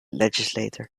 legislator